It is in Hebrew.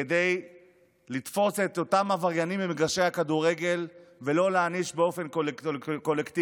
כדי לתפוס את אותם עבריינים במגרשי הכדורגל ולא להעניש באופן קולקטיבי.